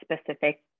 specific